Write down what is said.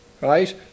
right